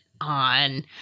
on